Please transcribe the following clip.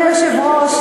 אדוני היושב-ראש,